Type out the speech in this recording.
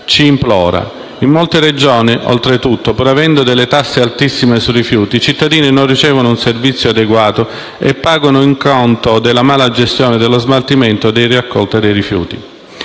ci implora. In molte Regioni, oltretutto, pur avendo delle tasse altissime sui rifiuti, i cittadini non ricevono un servizio adeguato e pagano il conto di una mala-gestione dello smaltimento e della raccolta dei rifiuti.